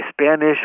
Spanish